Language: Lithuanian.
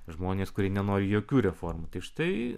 žmonės kurie nenori jokių reformų tai štai